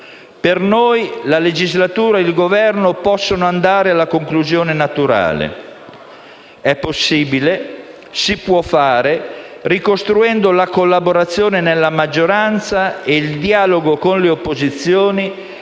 Per noi la legislatura e il Governo possono andare alla conclusione naturale. È possibile; si può fare ricostruendo la collaborazione nella maggioranza e il dialogo con le opposizioni